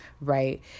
right